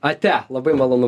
ate labai malonu